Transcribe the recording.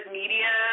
media